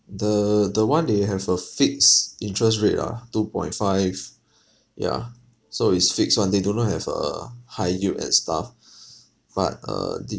the the one they have a fixed interest rate ah two point five yeah so it's fixed [one] they do not have a high yield and stuff but uh did